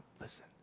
listen